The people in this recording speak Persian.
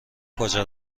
کجا